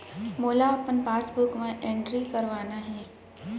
मोला अपन पासबुक म एंट्री करवाना हे?